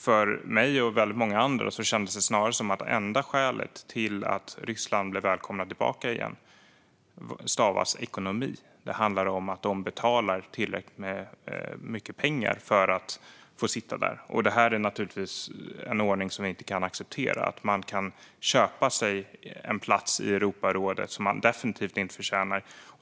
För mig och många andra känns det som att enda skälet till att Ryssland blev välkomnad tillbaka igen stavas ekonomi. Det handlar om att de betalar tillräckligt mycket pengar för att få sitta där. Det är naturligtvis en ordning som jag inte kan acceptera, det vill säga att man kan köpa sig en plats i Europarådet som man definitivt inte förtjänar.